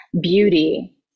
beauty